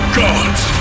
gods